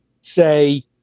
say